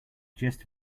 gist